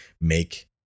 make